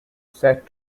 set